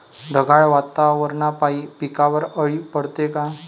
ढगाळ वातावरनापाई पिकावर अळी पडते का?